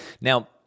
Now